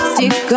Stick